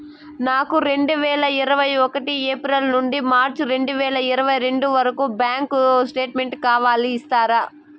నాకు రెండు వేల ఇరవై ఒకటి ఏప్రిల్ నుండి మార్చ్ రెండు వేల ఇరవై రెండు వరకు బ్యాంకు స్టేట్మెంట్ కావాలి ఇస్తారా